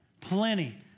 Plenty